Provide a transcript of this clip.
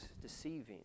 deceiving